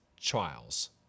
trials